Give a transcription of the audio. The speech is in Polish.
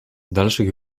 dalszych